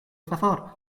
favor